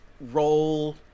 roll